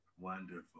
Wonderful